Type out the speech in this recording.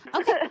Okay